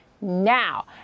now